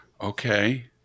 Okay